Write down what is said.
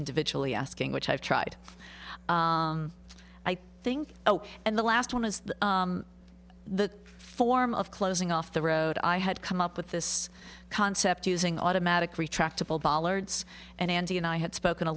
individually asking which i've tried i think oh and the last one is the form of closing off the road i had come up with this concept using automatic retractable bollards and andy and i had spoken a